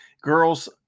Girls